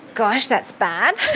gosh, that's bad.